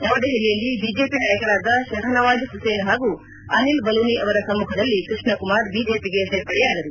ನವದೆಹಲಿಯಲ್ಲಿ ಬಿಜೆಪಿ ನಾಯಕರಾದ ಶಹನವಾಜ್ ಹುಸೇನ್ ಹಾಗೂ ಅನಿಲ್ ಬಲೂನಿ ಅವರ ಸಮ್ಮಖದಲ್ಲಿ ಕೃಷ್ಣಕುಮಾರ್ ಬಿಜೆಪಿಗೆ ಸೇರ್ಪಡೆಯಾದರು